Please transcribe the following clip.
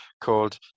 called